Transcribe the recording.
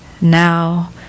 Now